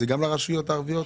זה גם לרשויות הערביות?